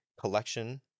collection